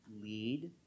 Lead